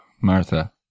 Martha